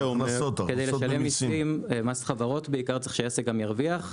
כדי לשלם מיסים, מס חברות, צריך שהעסק גם ירוויח.